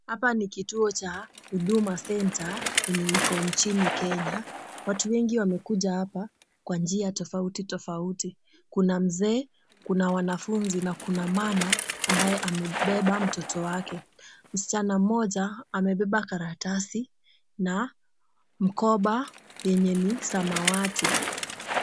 Hapa ni kituo cha huduma center ambacho Kiko nchini Kenya watu wengi wamekuja hapa kwa njia tofauti tofauti Kuna mzee Kuna wanafunzi na mama ambaye amembeba mtoto wake msichana mmoja amembeba karatasi na mkoba yenye ni samawati.